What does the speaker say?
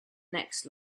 next